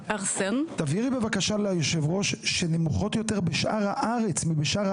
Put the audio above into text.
תבהירי בבקשה ליושב ראש שהם נמוכות יותר מבשאר הארץ,